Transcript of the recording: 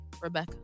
Rebecca